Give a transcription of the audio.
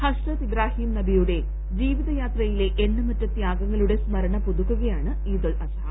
ഹസ്രത്ത് ഇബ്രാഹീം നബി യുടെ ജീവിതയാത്രത്തിലെ എണ്ണമറ്റ ത്യാഗങ്ങളുടെ സ്മരണ പുതുക്കുകയാണ് ഈദുൽ അസ്ഹ